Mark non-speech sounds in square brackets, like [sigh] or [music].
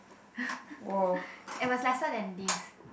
[breath] it was lesser than this